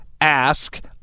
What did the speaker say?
ask